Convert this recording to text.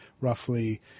roughly